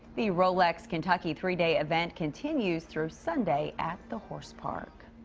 the rolex kentucky three day event continues through sunday. at the horse park.